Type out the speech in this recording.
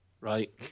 right